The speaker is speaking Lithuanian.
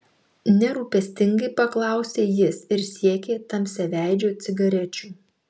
nerūpestingai paklausė jis ir siekė tamsiaveidžio cigarečių